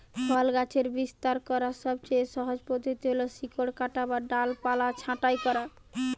ফল গাছের বিস্তার করার সবচেয়ে সহজ পদ্ধতি হল শিকড় কাটা বা ডালপালা ছাঁটাই করা